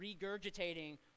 regurgitating